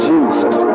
Jesus